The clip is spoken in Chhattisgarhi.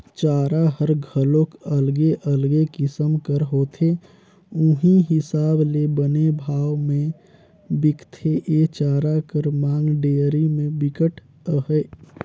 चारा हर घलोक अलगे अलगे किसम कर होथे उहीं हिसाब ले बने भाव में बिकथे, ए चारा कर मांग डेयरी में बिकट अहे